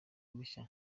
mushya